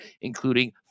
including